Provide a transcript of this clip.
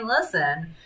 listen